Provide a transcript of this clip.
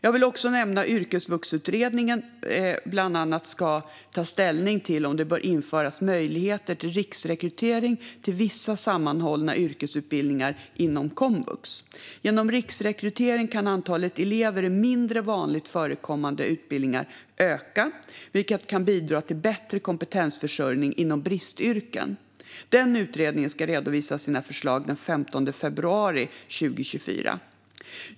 Jag vill också nämna att Yrkesvuxutredningen bland annat ska ta ställning till om det bör införas möjligheter till riksrekrytering till vissa sammanhållna yrkesutbildningar inom komvux. Genom riksrekrytering kan antalet elever i mindre vanligt förekommande utbildningar öka, vilket kan bidra till bättre kompetensförsörjning inom bristyrken. Den utredningen ska redovisa sina förslag den 15 februari 2024.